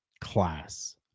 class